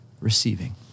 receiving